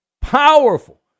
powerful